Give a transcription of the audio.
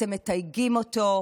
אתם מתייגים אותו,